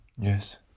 Yes